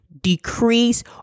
decrease